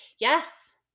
Yes